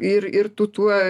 ir ir tu tuo